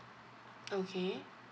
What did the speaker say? okay